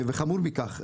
וחמור מכך,